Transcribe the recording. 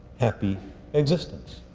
happy existence.